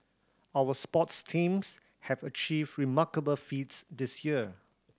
our sports teams have achieved remarkable feats this year